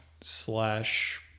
slash